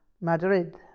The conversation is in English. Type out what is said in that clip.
Madrid